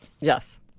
Yes